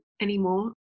anymore